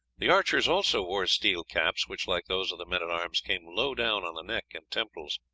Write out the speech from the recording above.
the archers also wore steel caps, which, like those of the men-at-arms, came low down on the neck and temples.